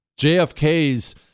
JFK's